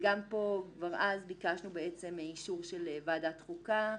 גם פה כבר אז ביקשנו אישור ועדת חוקה.